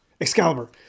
Excalibur